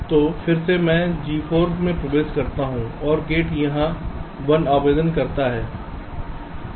तो फिर से मैं G4 में प्रवेश करता हूं और गेट मुझे यहां 1 आवेदन करना होगा